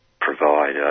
provide